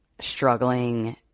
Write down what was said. struggling